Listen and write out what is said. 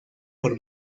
por